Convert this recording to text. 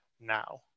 now